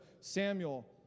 Samuel